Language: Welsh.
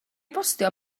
bostio